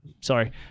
sorry